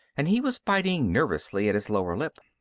and he was biting nervously at his lower lip.